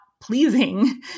pleasing